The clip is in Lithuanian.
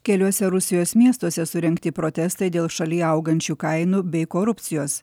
keliuose rusijos miestuose surengti protestai dėl šalyje augančių kainų bei korupcijos